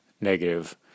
negative